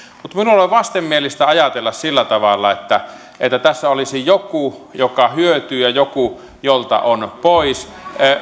mutta minulle on vastenmielistä ajatella sillä tavalla että tässä olisi joku joka hyötyy ja joku jolta on pois